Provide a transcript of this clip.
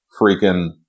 freaking